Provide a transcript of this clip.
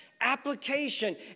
application